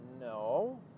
No